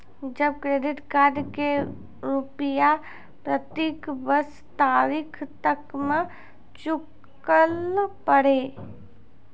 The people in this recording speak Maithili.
तब क्रेडिट कार्ड के रूपिया प्रतीक बीस तारीख तक मे चुकल पड़ी?